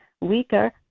weaker